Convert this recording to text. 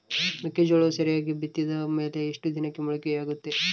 ಮೆಕ್ಕೆಜೋಳವು ಸರಿಯಾಗಿ ಬಿತ್ತಿದ ಮೇಲೆ ಎಷ್ಟು ದಿನಕ್ಕೆ ಮೊಳಕೆಯಾಗುತ್ತೆ?